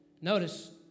Notice